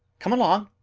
come along!